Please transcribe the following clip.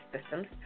systems